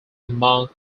among